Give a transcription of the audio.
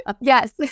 Yes